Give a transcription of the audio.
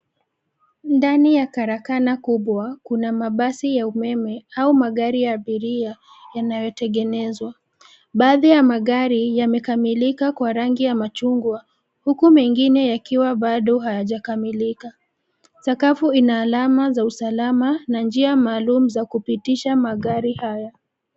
Ndani ya karakana kubwa kuna mabasi ya umeme au magari ya abiria yanayotengenezwa. Baadhi ya magari yamekamilika kwa rangi ya machungwa huku mengine yakiwa bado hayajakamilika. Sakafu ina alama za usalama na njia maalum za kupitisha magari haya.